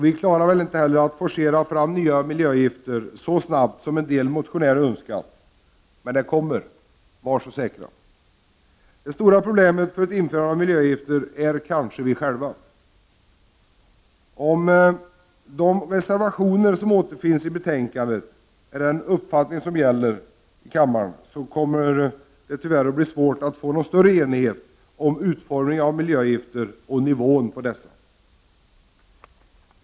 Vi klarar väl inte heller att forcera fram nya miljöavgifter så snabbt som en del motionärer önskar. Men det kommer något — var så säkra! Det stora problemet när det gäller att införa miljöavgifter är kanske vi själva. Om de reservationer som återfinns i betänkandet avspeglar den uppfattning som gäller här i kammaren, kommer det tyvärr att bli svårt att uppnå någon större enighet om utformningen av miljöavgifterna och nivån för dessa.